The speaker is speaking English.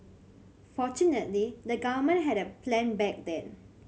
fortunately the government had a plan back then